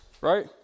right